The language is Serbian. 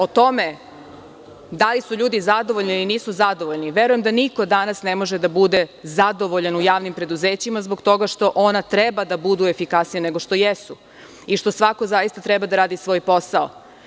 O tome, da li su ljudi zadovoljni, ili nisu zadovoljni, verujem da niko danas ne može da bude zadovoljan u javnim preduzećima zbog toga što ona treba da budu efikasnija nego što jesu, i što svako zaista treba da radi svoj posao.